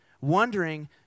wondering